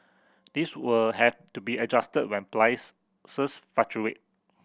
these will have to be adjusted when price fluctuate